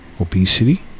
obesity